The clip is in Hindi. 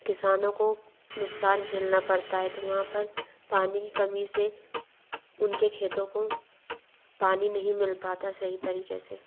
किसानों को नुक्सान झेलना पड़ता है तो वहाँ पर पानी की कमी से उनके खेतों को पानी नही मिल पाता सही तरीके से